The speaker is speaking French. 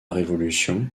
révolution